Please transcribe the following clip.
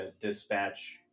dispatch